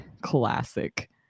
classic